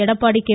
Edappadi K